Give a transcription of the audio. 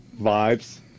vibes